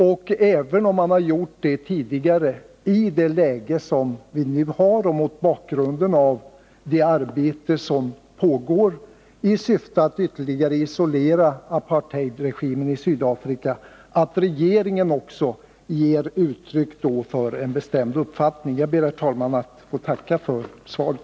Visserligen har man gjort det tidigare, men i det läge vi nu har och mot bakgrund av det arbete som pågår i syfte att ytterligare isolera apartheidregimen i Sydafrika är det viktigt att regeringen också ger uttryck åt en bestämd uppfattning. Herr talman! Jag ber att få tacka för svaret.